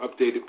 updated